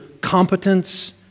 competence